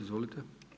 Izvolite!